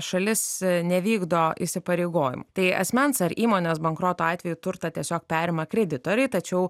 šalis nevykdo įsipareigojimų tai asmens ar įmonės bankroto atveju turtą tiesiog perima kreditoriai tačiau